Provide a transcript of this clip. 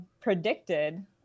predicted